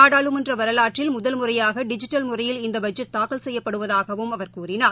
நாடாளுமன்ற வரலாற்றில் முதல் முறையாக டிஜிட்டல் முறையில் இந்த பட்ஜெட் தாக்கல் செய்யப்படுவதாகவும் அவர் கூறினார்